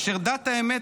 אשר דת האמת,